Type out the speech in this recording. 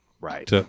right